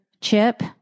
chip